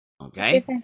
Okay